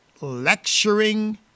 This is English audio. lecturing